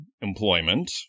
employment